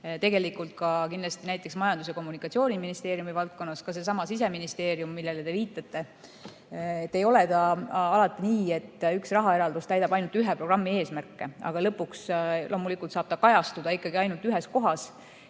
tegelikult kindlasti ka Majandus‑ ja Kommunikatsiooniministeeriumi valdkonnast, ka sealtsamast Siseministeeriumist, millele te viitasite. Ei ole alati nii, et üks rahaeraldus täidab ainult ühe programmi eesmärke, aga lõpuks saab ta loomulikult kajastuda ikkagi ainult ühes kohas